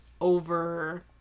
over